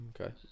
Okay